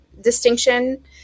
distinction